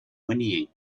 whinnying